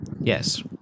Yes